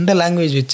language